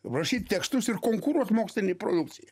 rašyt tekstus ir konkuruot mokslinei produkcijai